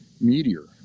meteor